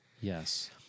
Yes